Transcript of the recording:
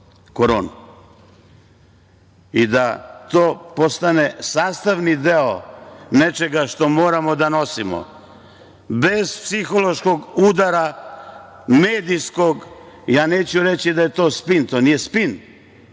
I da to postane sastavni deo nečega što moramo da nosimo, bez psihološkog udara, medijskog, ja neću reći da je to spin, to nije spin,